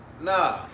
Nah